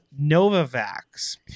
Novavax